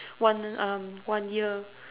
one um one year